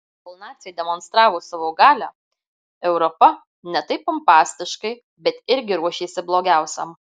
kol naciai demonstravo savo galią europa ne taip pompastiškai bet irgi ruošėsi blogiausiam